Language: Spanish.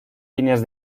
líneas